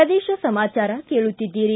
ಪ್ರದೇಶ ಸಮಾಚಾರ ಕೇಳುತ್ತಿದ್ದೀರಿ